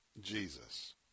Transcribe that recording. Jesus